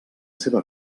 seva